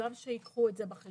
שגם ייקחו את זה בחשבון.